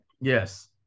Yes